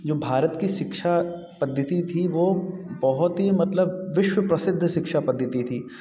जो भारत की शिक्षा पद्धति थी वो बहुत ही मतलब विश्व प्रसिद्ध शिक्षा पद्धति थी